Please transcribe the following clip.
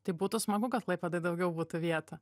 tai būtų smagu kad klaipėdoj daugiau būtų vietų